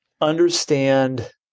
understand